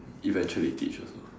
eventually teach also